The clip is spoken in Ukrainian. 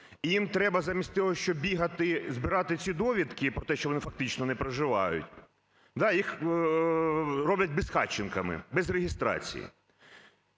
їм треба замість того, щоб бігати й збирати ці довідки про те, що вони фактично не проживають, да, їх роблять безхатченками, без реєстрації.